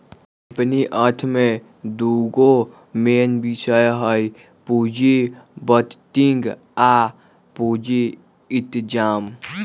company अर्थ में दूगो मेन विषय हइ पुजी बजटिंग आ पूजी इतजाम